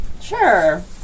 Sure